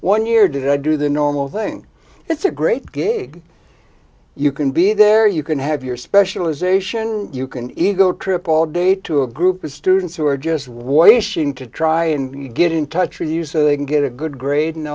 one year did i do the normal thing it's a great game you can be there you can have your specialization you can ego trip all day to a group of students who are just why is she in to try and get in touch with you so they can get a good grade and